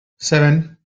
seven